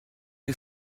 est